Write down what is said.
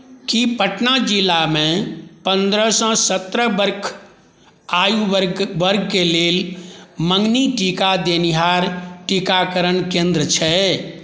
की पटना जिलामे पन्द्रहसँ सत्रह बर्ष आयु वर्गके लेल मँगनी टीका देनिहार टीकाकरण केन्द्र छै